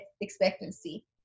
expectancy